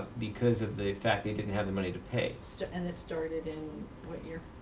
because of the fact they didn't have the money to pay. so and this started in what year?